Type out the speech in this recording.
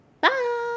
Bye